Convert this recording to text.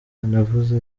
navuze